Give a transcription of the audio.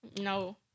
No